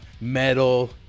metal